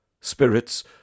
Spirits